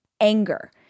anger